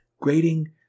Grading